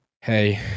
Hey